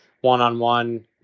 one-on-one